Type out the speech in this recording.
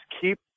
keep